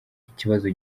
ikibazo